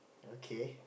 okay